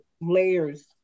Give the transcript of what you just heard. layers